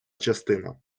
частина